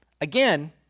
Again